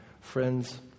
friends